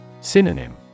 Synonym